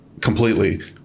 completely